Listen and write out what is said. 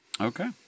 Okay